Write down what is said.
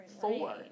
four